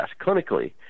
clinically